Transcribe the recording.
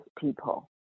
people